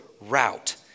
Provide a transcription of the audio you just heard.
route